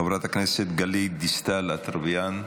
חברת הכנסת גלית דיסטל אטבריאן,